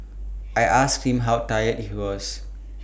I asked him how tired he was